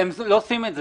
הם לא עושים את זה.